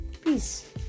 Peace